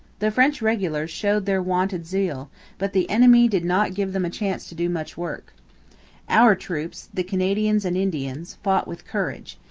the french regulars showed their wonted zeal but the enemy did not give them a chance to do much work our troops, the canadians and indians, fought with courage.